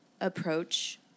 approach